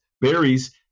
berries